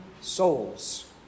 souls